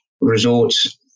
resorts